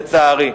לצערי,